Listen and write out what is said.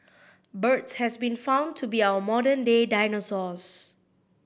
birds have been found to be our modern day dinosaurs